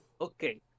Okay